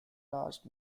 last